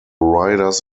riders